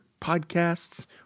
podcasts